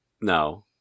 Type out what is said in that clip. No